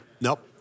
nope